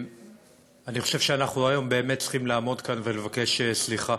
אני חושב שאנחנו באמת צריכים היום לעמוד כאן ולבקש סליחה,